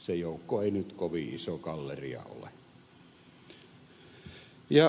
se joukko ei nyt kovin iso galleria ole